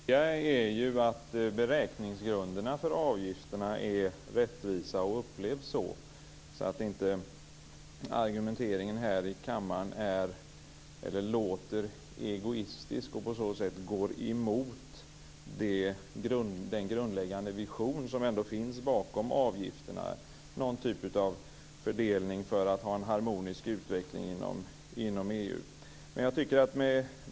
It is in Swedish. Fru talman! Det viktiga är att beräkningsgrunderna för avgifterna upplevs som rättvisa. Argumenteringen i kammaren får inte låta egoistisk och gå emot den grundläggande vision som finns bakom avgifterna, dvs. en fördelning för en harmonisk utveckling inom EU.